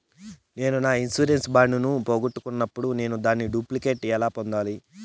నేను నా insurance bond ను పోగొట్టుకున్నప్పుడు నేను దాని డూప్లికేట్ ను ఎలా పొందాలి?